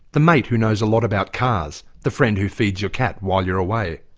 the mate who knows a lot about cars, the friend who feeds your cat while you're away.